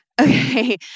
Okay